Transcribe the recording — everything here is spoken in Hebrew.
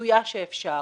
רצויה שאפשר.